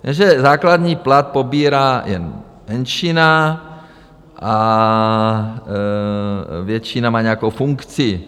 Jenže základní plat pobírá jen menšina a většina má nějakou funkci.